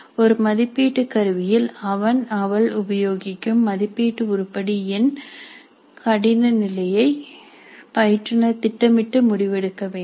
ஒரு மதிப்பீட்டு கருவியில் அவன் அவள் உபயோகிக்கும் மதிப்பீட்டு உருப்படி எண் கடின நிலையை பயிற்றுனர் திட்டமிட்டு முடிவெடுக்க வேண்டும்